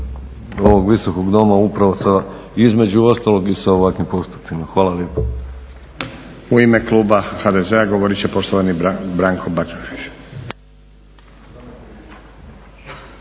ovog Visokog doma upravo sa, između ostalog i sa ovakvi postupcima. Hvala lijepa.